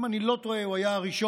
אם אני לא טועה, הוא היה הראשון